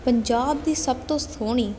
ਪੰਜਾਬ ਦੀ ਸਭ ਤੋਂ ਸੋਹਣੀ